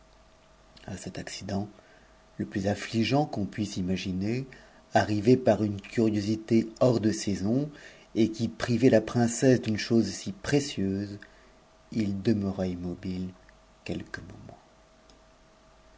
a cet accident le plus affligeant qu'on puisse imaginer arrivé par une curiosité hors de saison et qui priv it a princesse d'une chose si précieuse il demeura immobile quelques moments